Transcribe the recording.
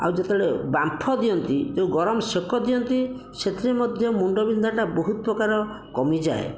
ଆଉ ଯେତେବେଳେ ବାମ୍ଫ ଦିଅନ୍ତି ଯେଉଁ ଗରମ ସେକ ଦିଅନ୍ତି ସେଥିରେ ମଧ୍ୟ ମୁଣ୍ଡ ବିନ୍ଧାଟା ବହୁତ ପ୍ରକାର କମିଯାଏ